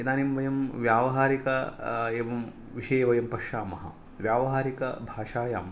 इदानीं वयं व्यावहारिक एवं विषये वयं पश्यामः व्यावहारिकभाषायां